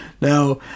Now